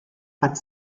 hat